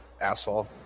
asshole